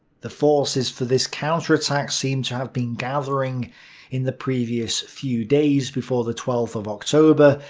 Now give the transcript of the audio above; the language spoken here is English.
the forces for this counterattack seem to have been gathering in the previous few days before the twelfth of october,